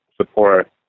support